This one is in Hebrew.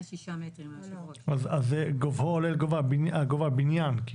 אז גובהו עולה על גובה הבנין.